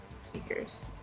sneakers